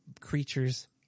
creatures